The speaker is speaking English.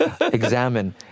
examine